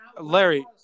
Larry